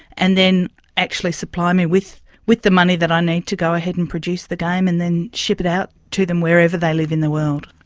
and then actually supplying me with with the money that i need to go ahead and produce the game and then ship it out to them wherever they live in the world.